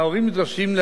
ההורים נדרשים.